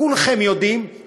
כולכם יודעים,